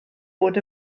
bod